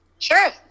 Sure